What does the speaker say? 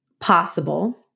possible